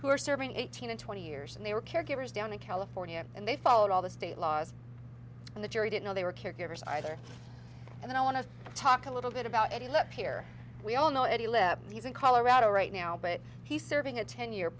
who are serving eighteen and twenty years and they were caregivers down in california and they followed all the state laws and the jury didn't know they were caregivers either and then i want to talk a little bit about a look here we all know eddie live he's in colorado right now but he's serving a ten year